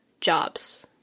jobs